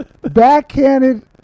backhanded